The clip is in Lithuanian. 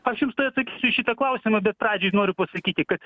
aš jums tai atsakysiu į šitą klausimą bet pradžiai noriu pasakyti kad